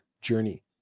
journey